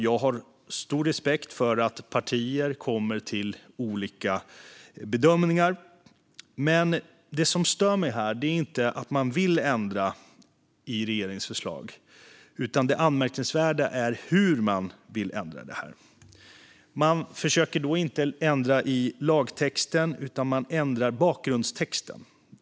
Jag har stor respekt för att partier gör olika bedömningar, men det som stör mig här är inte att man vill ändra i regeringens förslag utan hur man vill ändra. Man försöker inte ändra lagtexten, utan man ändrar bakgrundstexten.